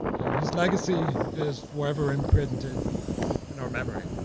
his legacy is forever imprinted in our memory.